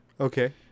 Okay